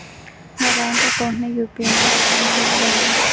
నా bank account ని UPI కి ఎలా లింక్ చేసుకోవాలి?